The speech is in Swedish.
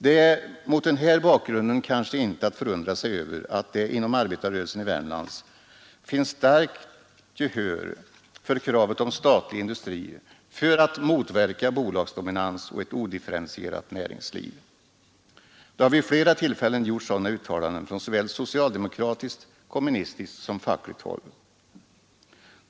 Det är mot den här bakgrunden kanske inte att förundra sig över att det inom arbetarrörelsen i Värmland finns starkt gehör för kravet på statlig industri för att motverka bolagsdominans och ett odifferentierat näringsliv. Det har vid flera tillfällen gjorts sådana uttalanden från såväl socialdemokratiskt och kommunistiskt som fackligt håll.